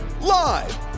live